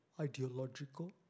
ideological